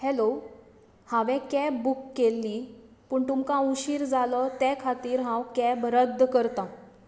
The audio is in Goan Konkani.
हॅलो हांवें कॅब बूक केल्लीं पूण तुमकां उशीर जालो ते खातीर हांव कॅब रद्द करतां